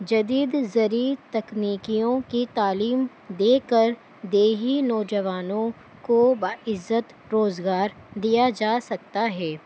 جدید زری تکنیکیوں کی تعلیم دے کر دیہی نوجوانوں کو با عزت روزگار دیا جا سکتا ہے